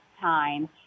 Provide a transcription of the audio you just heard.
time